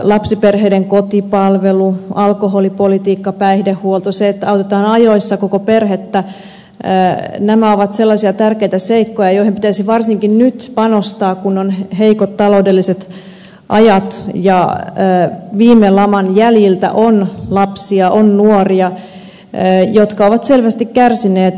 lapsiperheiden kotipalvelu alkoholipolitiikka päihdehuolto se että autetaan ajoissa koko perhettä ovat sellaisia tärkeitä seikkoja joihin pitäisi varsinkin nyt panostaa kun on heikot taloudelliset ajat ja viime laman jäljiltä on lapsia on nuoria jotka ovat selvästi kärsineet